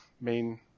main